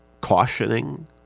cautioning